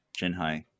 Jinhai